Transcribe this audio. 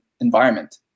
environment